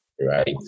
right